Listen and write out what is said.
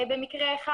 במקרה אחד.